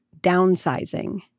downsizing